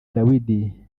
dawidi